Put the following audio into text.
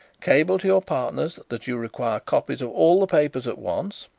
cable to your partners that you require copies of all the papers at once.